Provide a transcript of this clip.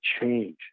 change